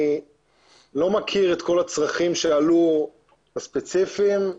לא מכיר את כל הצרכים הספציפיים שעלו.